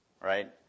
Right